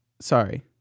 sorry